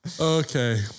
Okay